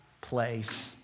place